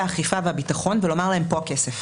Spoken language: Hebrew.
האכיפה והביטחון ולומר להם: פה הכסף,